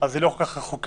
היא לא כל כך רחוקה,